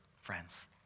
friends